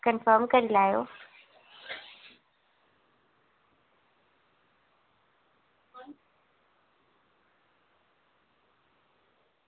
confirm करी लैएओ